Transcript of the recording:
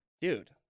dude